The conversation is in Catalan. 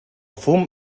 fum